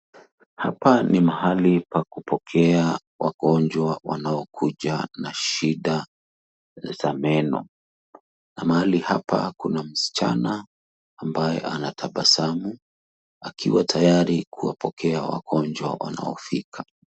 Hapa ni mahali pa kupokea wagonjwa wanaokuja na shida za meno, na mahali hapa kuna msichana ambaye anatabasamu akiwa tayari kuwapokea wagonjwa wanaofika.